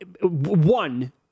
one